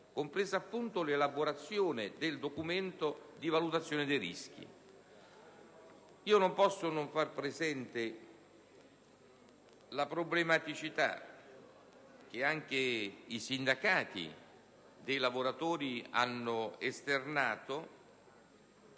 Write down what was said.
compresa l'elaborazione del documento di valutazione dei rischi. Non posso non far presente la problematicità, che anche i sindacati dei lavoratori hanno esternato,